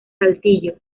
saltillo